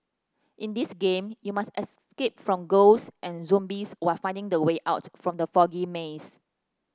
in this game you must escape from ghosts and zombies while finding the way out from the foggy maze